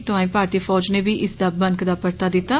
तोआंई भारतीय फौज ने बी इसदा बनकदा परता दित्ता